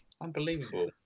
Unbelievable